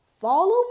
Follow